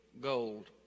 gold